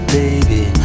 baby